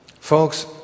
folks